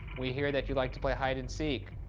we hear that you like to play hide and seek.